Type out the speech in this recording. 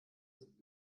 sind